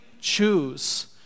choose